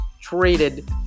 traded